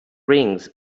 rings